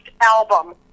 album